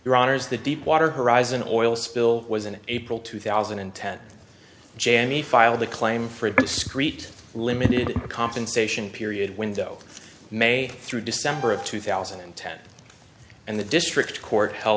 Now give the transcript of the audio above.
your honour's the deepwater horizon oil spill was an april two thousand and ten jamey filed a claim for a discrete limited compensation period window may through december of two thousand and ten and the district court hel